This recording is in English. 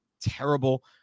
terrible